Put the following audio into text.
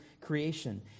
creation